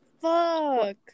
Fuck